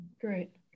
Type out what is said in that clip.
Great